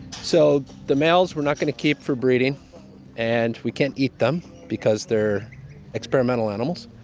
so the males we're not going to keep for breeding and we can't eat them, because they're experimental animals.